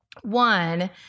One